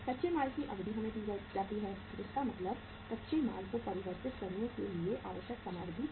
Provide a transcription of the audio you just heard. कच्चे माल की अवधि हमें दी जाती है जिसका मतलब कच्चे माल को परिवर्तित करने के लिए आवश्यक समयावधि है